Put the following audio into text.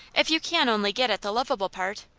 if you can only get at the lovable part.